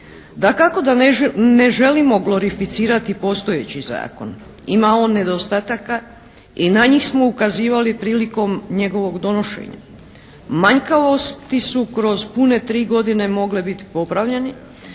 Dakako da ne želimo glorificirati postojeći zakon. Ima on nedostataka i na njih smo ukazivali prilikom njegovog donošenja. Manjkavosti su kroz pune tri godine mogle biti popravljene,